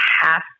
half